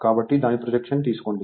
కాబట్టి దాని ప్రొజెక్షన్ తీసుకోండి